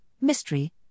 mystery